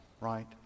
right